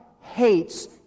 hates